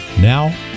Now